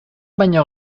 baino